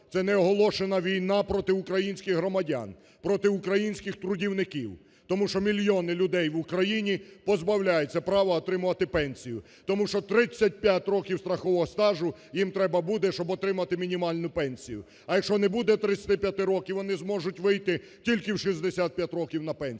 це не оголошена війна проти українських громадян, проти українських трудівників. Тому що мільйони людей в Україні позбавляються права отримувати пенсію, тому що 35 років страхового стажу їм треба буде, щоб отримати мінімальну пенсію. А якщо не буде 35 років, вони зможуть вийти тільки в 65 років на пенсію.